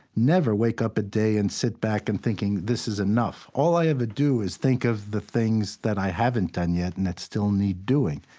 never wake up a day and sit back and thinking, this is enough. all i ever do is think of the things that i haven't done yet and that still need doing.